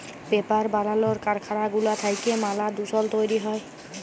paper বালালর কারখালা গুলা থ্যাইকে ম্যালা দুষল তৈরি হ্যয়